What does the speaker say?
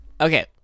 Okay